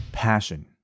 passion